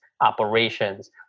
operations